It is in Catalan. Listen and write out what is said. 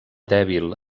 dèbil